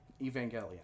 Evangelion